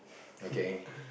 okay